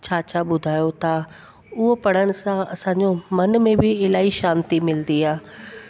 छा छा ॿुधायो था उहो पढ़ण सां असांजो मन में बि इलाही शांति मिलंदी आहे